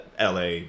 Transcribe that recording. LA